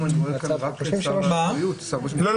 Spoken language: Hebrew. נכתב -- שר הבריאות --- לא,